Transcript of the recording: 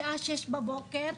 בשעה 06:00 בבוקר,